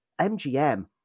MGM